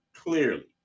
Clearly